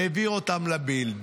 העביר אותם לבילד.